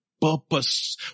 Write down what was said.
purpose